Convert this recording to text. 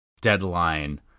Deadline